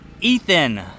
Ethan